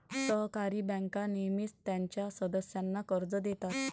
सहकारी बँका नेहमीच त्यांच्या सदस्यांना कर्ज देतात